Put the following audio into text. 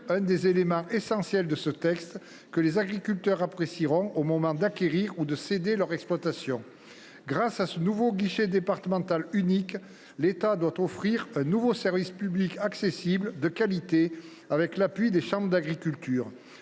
un des éléments essentiels de ce texte, que les agriculteurs apprécieront au moment d’acquérir ou de céder leur exploitation. Grâce à ce nouveau guichet départemental unique, l’État doit offrir un nouveau service public accessible de qualité avec l’appui des chambres d’agriculture.